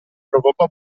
provocò